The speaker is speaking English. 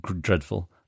Dreadful